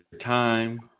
time